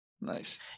Nice